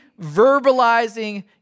verbalizing